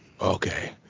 Okay